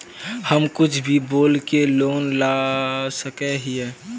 हम कुछ भी बोल के लोन ला सके हिये?